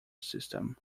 system